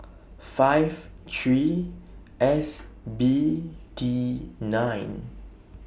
five three S B D nine